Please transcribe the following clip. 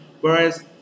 Whereas